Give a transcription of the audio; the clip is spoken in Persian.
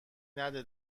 نده